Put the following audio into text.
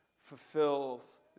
fulfills